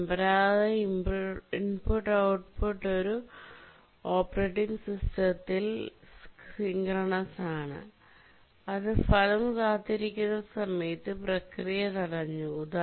പരമ്പരാഗത I O ഒരു operating സിസ്റ്റത്തിൽ സിൻക്രണസ് ആണ് അത് ഫലം കാത്തിരിക്കുന്ന സമയത്ത് പ്രക്രിയ തടഞ്ഞു